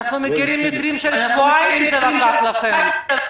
אנחנו מכירים מקרים של שבועיים שזה לקח לכם.